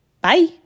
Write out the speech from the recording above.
Bye